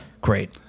great